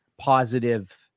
positive